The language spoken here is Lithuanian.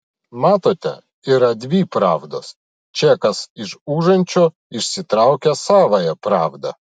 matote yra dvi pravdos čekas iš užančio išsitraukia savąją pravdą